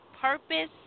Purpose